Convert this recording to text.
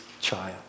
child